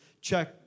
check